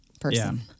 Person